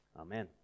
Amen